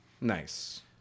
Nice